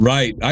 Right